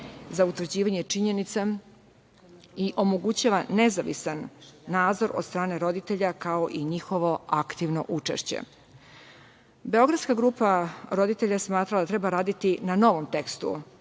za utvrđivanje činjenica i omogućava nezavisan nadzor od strane roditelja kao i njihovi aktivno učešće. Beogradska grupa roditelja smatra da treba raditi na novom tekstu